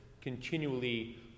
continually